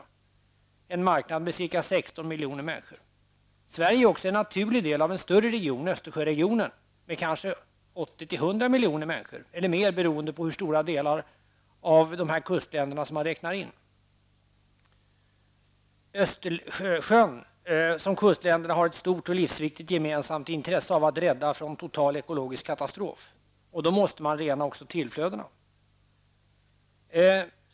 Norden är en marknad med ca 16 miljoner människor. Sverige är också en naturlig del av en större region -- Östersjöregionen -- med kanske 80--100 miljoner människor eller mer, beroende på hur stora delar av dessa kustländer som man räknar in. Kustländerna har ett stort och livsviktigt gemensamt intresse av att rädda Östersjön från total ekologisk katastrof -- och då måste man också rena tillflödena.